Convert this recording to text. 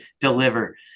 deliver